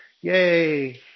Yay